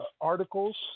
articles